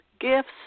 gifts